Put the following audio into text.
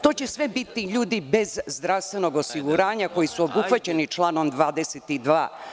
To će sve biti ljudi bez zdravstvenog osiguranja, koji su obuhvaćeni članom 22.